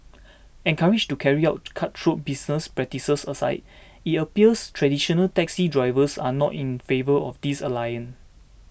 encouraged to carry out cutthroat business practices aside it appears traditional taxi drivers are not in favour of this alliance